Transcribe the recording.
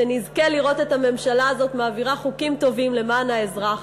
שנזכה לראות את הממשלה הזאת מעבירה חוקים טובים למען האזרח